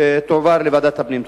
תועבר לוועדת הפנים.